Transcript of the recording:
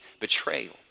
betrayal